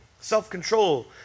self-control